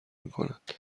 میکند